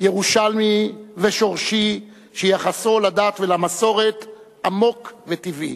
ירושלמי ושורשי, שיחסו לדת ולמסורת עמוק וטבעי.